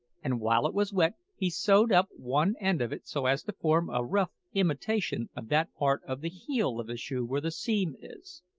and while it was wet he sewed up one end of it so as to form a rough imitation of that part of the heel of a shoe where the seam is.